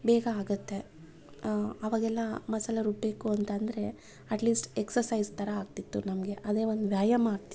ಬೇಗ ಆಗತ್ತೆ ಆವಾಗೆಲ್ಲ ಮಸಾಲೆ ರುಬ್ಬಬೇಕು ಅಂತ ಅಂದರೆ ಅಟ್ ಲೀಸ್ಟ್ ಎಕ್ಸಸೈಸ್ ಥರ ಆಗ್ತಿತ್ತು ನಮಗೆ ಅದೇ ಒಂದು ವ್ಯಾಯಾಮ ಆಗ್ತಿತ್ತು